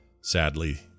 sadly